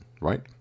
right